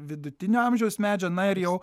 vidutinio amžiaus medžio na ir jo